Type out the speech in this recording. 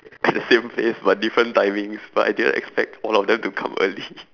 at the same place but different timings but I didn't expect all of them to come early